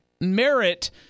merit